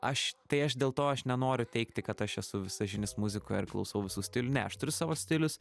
aš tai aš dėl to aš nenoriu teigti kad aš esu visažinis muzikoj ar klausau visų stilių ne aš turiu savo stilius